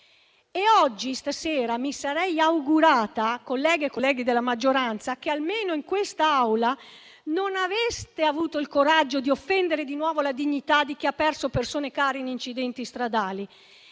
Stasera mi sarei augurata, colleghe e colleghi della maggioranza, che almeno in quest'Aula non avreste avuto il coraggio di offendere di nuovo la dignità di chi ha perso persone care in incidenti stradali.